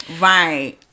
Right